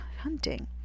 hunting